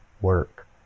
work